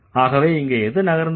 ஆகவே இங்க எது நகர்ந்திருக்கு